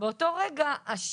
באותו רגע,